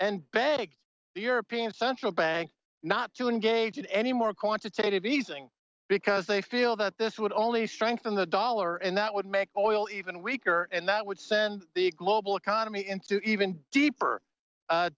and begged european central bank not to engage in any more quantitative easing because they feel that this would only strengthen the dollar and that would make oil even weaker and that would send the global economy into even deeper